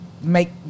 make